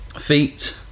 Feet